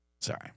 Sorry